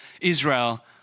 Israel